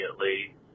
immediately